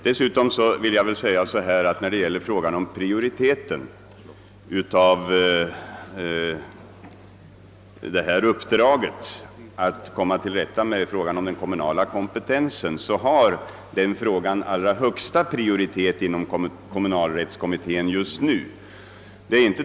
Beträffande prioriteringen inom utredningen vill jag säga, att frågan om den kommunala kompetensen i dessa avseenden har den allra högsta prioritet inom kommunalrättskommittén just nu.